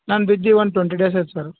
ನಾನು ಬಿದ್ದು ಒಂದು ಟ್ವಂಟಿ ಡೇಸ್ ಆಯ್ತು ಸರ್